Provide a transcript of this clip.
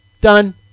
Done